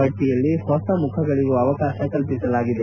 ಪಟ್ಟಿಯಲ್ಲಿ ಹೊಸ ಮುಖಗಳಿಗೂ ಅವಕಾಶ ನೀಡಲಾಗಿದೆ